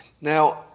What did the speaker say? Now